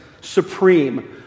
supreme